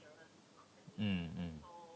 mm mm